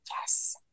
Yes